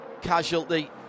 casualty